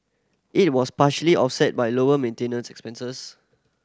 it was partially offset by lower maintenance expenses